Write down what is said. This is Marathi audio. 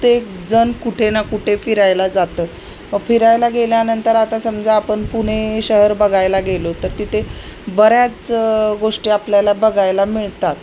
तेेक जण कुठे ना कुठे फिरायला जातं म फिरायला गेल्यानंतर आता समजा आपण पुणे शहर बघायला गेलो तर तिथे बऱ्याच गोष्टी आपल्याला बघायला मिळतात